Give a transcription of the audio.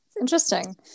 Interesting